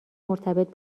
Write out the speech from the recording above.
مرتبط